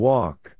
Walk